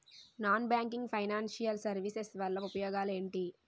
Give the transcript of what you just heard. Non banking financial services వల్ల ఉపయోగాలు ఎంటి?